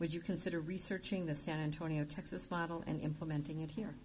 would you consider researching the san antonio texas model and implementing it here